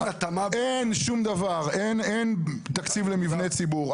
אין שום דבר, אין תקציב למבני ציבור.